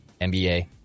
NBA